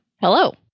Hello